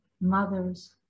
mother's